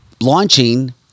launching